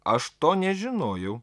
aš to nežinojau